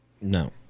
No